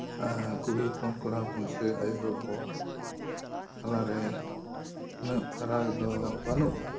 ᱠᱩᱲᱤ ᱦᱚᱯᱚᱱ ᱠᱚᱲᱟ ᱦᱚᱯᱚᱱ ᱥᱮ ᱟᱭᱚ ᱦᱚᱲ ᱵᱟᱵᱟ ᱦᱚᱲ ᱠᱚ ᱛᱟᱞᱟ ᱨᱮ ᱩᱱᱟᱹᱜ ᱯᱷᱟᱨᱟᱠ ᱫᱚ ᱵᱟᱹᱱᱩᱜᱼᱟ